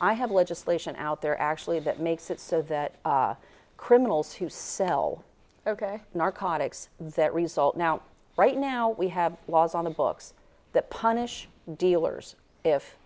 i have legislation out there actually that makes it so that criminals who sell ok narcotics that result now right now we have laws on the books that punish dealers if